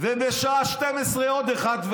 ובשעה 12:00 עוד אחד,